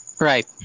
Right